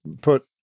put